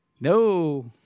no